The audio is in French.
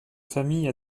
famille